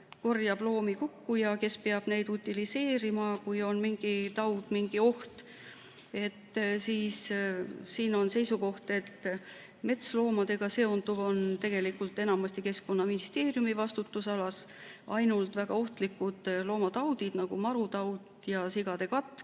korjab loomi kokku ja kes peab neid utiliseerima, kui on mingi taud, mingi oht? Siin on seisukoht, et metsloomadega seonduv on tegelikult enamasti Keskkonnaministeeriumi vastutusalas, ainult väga ohtlikud loomataudid, nagu marutaud ja Aafrika